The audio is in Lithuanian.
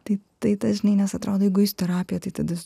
tai tai tas žinai nes atrodo jeigu eisiu į terapiją tai tada